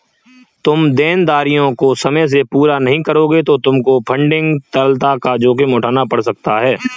तुम देनदारियों को समय से पूरा नहीं करोगे तो तुमको फंडिंग तरलता का जोखिम उठाना पड़ सकता है